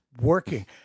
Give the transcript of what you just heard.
working